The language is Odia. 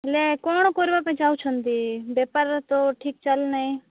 ହେଲେ କ'ଣ କରିବାପାଇଁ ଚାଁହୁଛନ୍ତି ବେପାର ତ ଠିକ୍ ଚାଲୁନାହିଁ